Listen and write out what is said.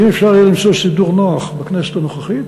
אם אפשר יהיה למצוא סידור נוח בכנסת הנוכחית,